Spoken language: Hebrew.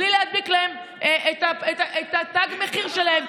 בלי להדביק להם את תג המחיר שלהם.